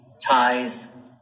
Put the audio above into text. ties